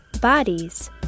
bodies